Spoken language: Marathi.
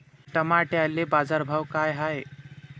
टमाट्याले बाजारभाव काय हाय?